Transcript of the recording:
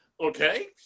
okay